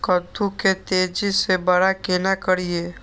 कद्दू के तेजी से बड़ा केना करिए?